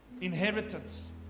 inheritance